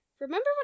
remember